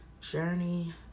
Journey